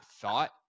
thought